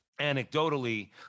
Anecdotally